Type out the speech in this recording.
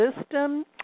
system